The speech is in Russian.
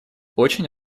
очень